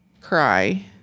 cry